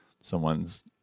someone's